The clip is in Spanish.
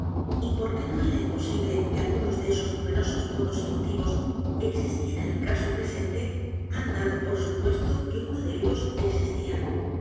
y porque no era imposible que alguno de esos numerosos modos y m o tivos existiera en el caso presente han dado por supuesto que uno de ellos existía